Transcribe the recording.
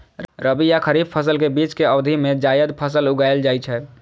रबी आ खरीफ फसल के बीच के अवधि मे जायद फसल उगाएल जाइ छै